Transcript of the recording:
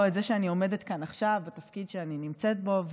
את זה שאני עומדת כאן עכשיו בתפקיד שאני נמצאת בו.